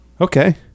Okay